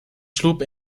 sloep